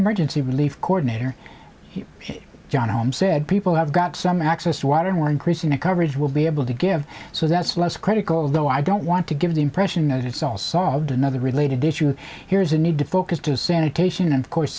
emergency relief coordinator john holmes said people have got some access to water and we're increasing the coverage will be able to give so that's less critical of though i don't want to give the impression that it's all solved another related issue here is a need to focus to sanitation of course